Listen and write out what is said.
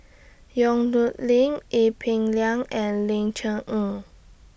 Yong Nyuk Lin Ee Peng Liang and Ling Cher Eng